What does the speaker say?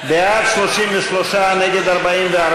בעד, 33, נגד, 44,